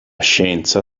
scienza